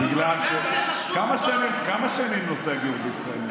כמה שנים נושא הגיור בישראל,